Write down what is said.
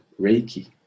Reiki